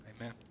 amen